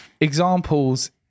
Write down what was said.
Examples